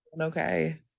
okay